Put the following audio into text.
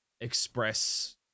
express